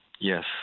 Yes